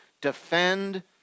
defend